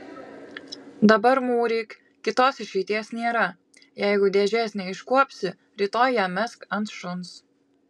dabar mūryk kitos išeities nėra jeigu dėžės neiškuopsi rytoj ją mesk ant šuns